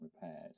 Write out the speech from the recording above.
repaired